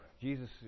Jesus